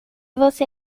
você